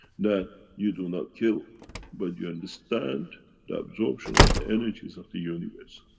that you do not kill but you understand the absorption of the energies of the universe.